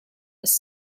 was